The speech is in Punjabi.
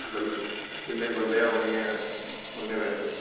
ਬਿਲਕੁਲ ਜਿੰਨੇ ਬੰਦੇ ਆ ਉੰਨੀਆ ਉੰਨੇ ਵਹੀਕਲਸ ਨੇ